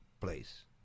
place